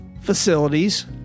facilities